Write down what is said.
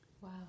wow